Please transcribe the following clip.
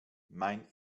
mein